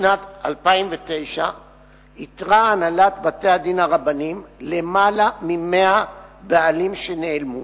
בשנת 2009 איתרה הנהלת בתי-הדין הרבניים למעלה מ-100 בעלים שנעלמו.